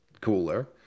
cooler